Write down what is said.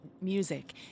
music